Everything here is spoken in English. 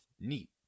neat